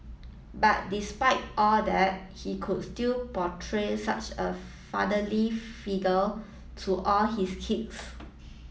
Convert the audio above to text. but despite all that he could still portray such a fatherly figure to all his kids